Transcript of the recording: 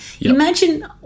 Imagine